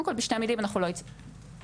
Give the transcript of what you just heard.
בשתי מילים - לא הצלחנו.